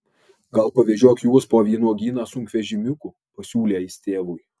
gal pavežiok juos po vynuogyną sunkvežimiuku pasiūlė jis tėvui